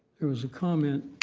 there was a comment